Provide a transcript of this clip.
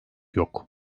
yok